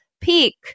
peak